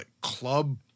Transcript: club